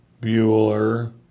Bueller